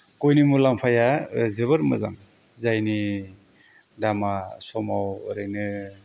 गयनि मुलाम्फाया जोबोर मोजां जायनि दामआ समाव ओरैनो